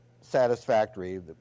satisfactory